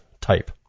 type